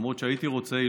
למרות שהייתי רוצה,